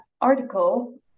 article